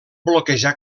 bloquejar